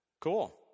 Cool